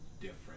different